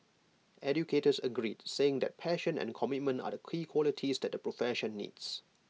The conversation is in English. educators agreed saying that passion and commitment are the key qualities that the profession needs